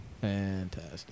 Fantastic